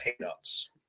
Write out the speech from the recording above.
peanuts